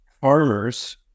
farmers